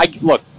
look